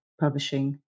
publishing